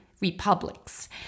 republics